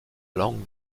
langue